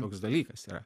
toks dalykas yra